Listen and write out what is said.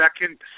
second